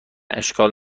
اشکال